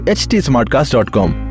htsmartcast.com